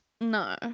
No